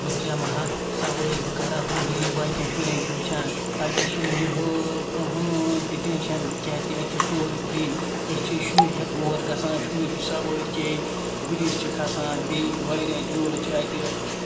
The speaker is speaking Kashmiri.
بہٕ چیمہٕ ہا سَوٲرۍ بہِ کَرہہَ ہہُ ییٚلہِ یہِ باقیَن شُریٚن چھُ وٕچھان اَتہِ چھِنہٕ یہِ ہٲ کہٕنۍ تہِ ٹینشَن کیاز کہِ اَتہِ چھُ سورُے فری أسۍ چھِ شُرۍ ہیٚتھ اور گَژھان شُرۍ سَوٲرۍ چیٚیہِ گُرِس چھِ کھَسان بییٚہِ واریاہ جوٗلہٕ چھِ اَتہِ